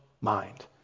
mind